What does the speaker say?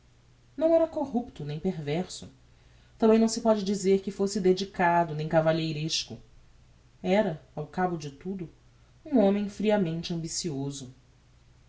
não era corrupto nem perverso tambem não se póde dizer que fosse dedicado nem cavalheresco era ao cabo de tudo um homem friamente ambicioso